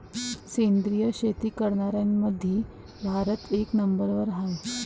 सेंद्रिय शेती करनाऱ्याईमंधी भारत एक नंबरवर हाय